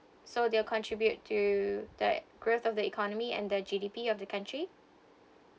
so they'll contribute to the growth of the economy and the G_D_P of the country